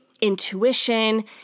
intuition